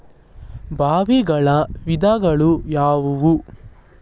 ಬಾವಿಗಳ ವಿಧಗಳು ಯಾವುವು?